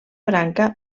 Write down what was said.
branca